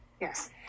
Yes